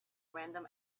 random